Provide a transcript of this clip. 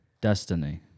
Destiny